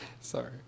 Sorry